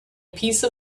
piece